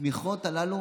התמיכות הללו